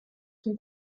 son